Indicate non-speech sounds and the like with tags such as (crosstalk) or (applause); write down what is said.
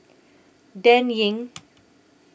Dan Ying (noise)